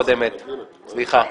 סליחה.